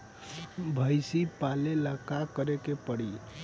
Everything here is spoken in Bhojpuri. भइसी पालेला का करे के पारी?